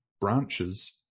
branches